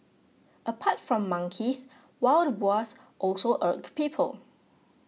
apart from monkeys wild boars also irk people